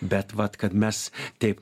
bet vat kad mes taip